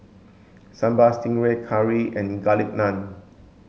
sambal stingray curry and garlic naan